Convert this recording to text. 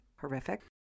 Horrific